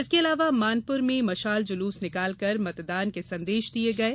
इसके अलावा मानपुर में मशाल जुलूस निकालकर मतदान के संदेश दिये गये